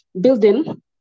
building